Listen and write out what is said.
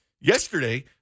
Yesterday